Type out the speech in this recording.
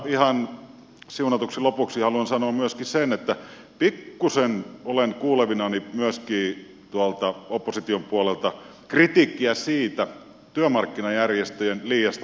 ihan siunatuksi lopuksi haluan sanoa myöskin sen että pikkuisen olen kuulevinani tuolta opposition puolelta myöskin kritiikkiä työmarkkinajärjestöjen liiasta vallasta